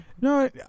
No